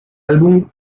álbum